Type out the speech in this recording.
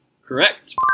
Correct